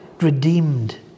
redeemed